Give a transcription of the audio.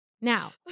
Now